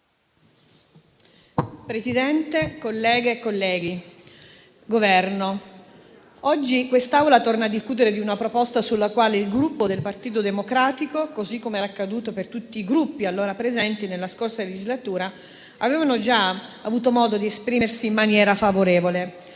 Presidente, colleghe e colleghi, rappresentante del Governo, oggi quest'Aula torna a discutere di una proposta sulla quale il Gruppo Partito Democratico, così come era accaduto per tutti i Gruppi presenti nella scorsa legislatura, avevano già avuto modo di esprimersi in maniera favorevole.